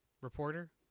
reporter